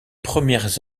premières